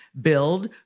Build